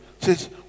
Says